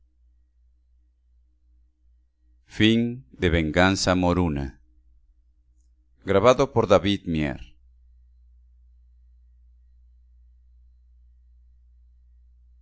esposa venganza moruna